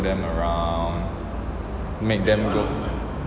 show them around make them